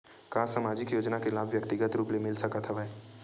का सामाजिक योजना के लाभ व्यक्तिगत रूप ले मिल सकत हवय?